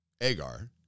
Agar